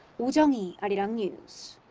oh jung-hee, arirang news.